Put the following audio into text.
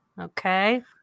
okay